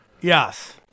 Yes